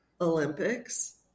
Olympics